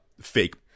fake